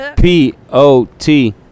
P-O-T